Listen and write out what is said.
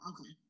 okay